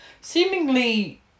Seemingly